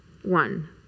One